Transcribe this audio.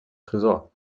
tresor